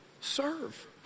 Serve